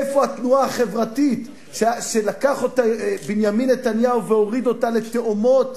איפה התנועה החברתית שלקח אותה בנימין נתניהו והוריד אותה לתהומות?